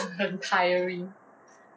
tiring 很 tiring